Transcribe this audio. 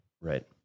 Right